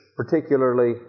particularly